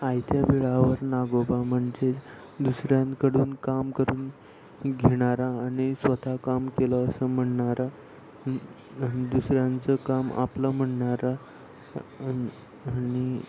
आयत्या बिळावर नागोबा म्हणजेच दुसऱ्यांकडून काम करून घेणारा आणि स्वतः काम केलं असं म्हणणारा दुसऱ्यांचं काम आपलं म्हणणारा अन आणि